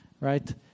right